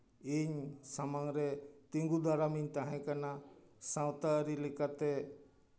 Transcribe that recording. ᱤᱧ ᱥᱟᱢᱟᱝ ᱨᱮ ᱛᱤᱸᱜᱩ ᱫᱟᱨᱟᱢᱤᱧ ᱛᱟᱦᱮᱸ ᱠᱟᱱᱟ ᱥᱟᱶᱛᱟ ᱟᱹᱨᱤ ᱞᱮᱠᱟᱛᱮ